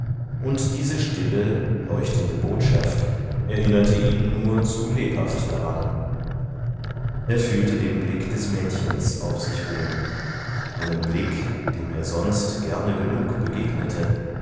und diese stille leuchtende botschaft erinnerte ihn nur zu lebhaft daran er fühlte den blick des mädchens auf sich ruhen einen blick dem er sonst gerne genug begegnete